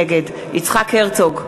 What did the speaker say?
נגד יצחק הרצוג,